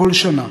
כל שנה,